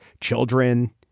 children